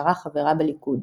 שנשארה חברה בליכוד.